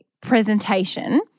presentation